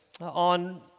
on